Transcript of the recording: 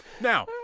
Now